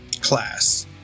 class